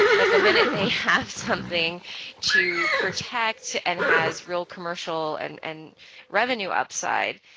but the minute they have something to protect and has real commercial and and revenue upside,